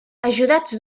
ajudats